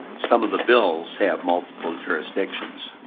some of the bills have multiple jurisdictions.